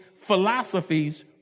philosophies